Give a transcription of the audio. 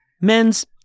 Men's